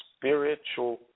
Spiritual